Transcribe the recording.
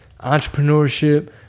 entrepreneurship